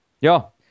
ja